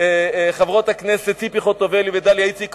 חברות הכנסת ציפי חוטובלי ודליה איציק,